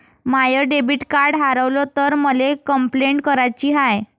माय debit card हारवल तर मले कंपलेंट कराची हाय